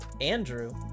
Andrew